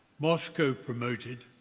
moscow promoted,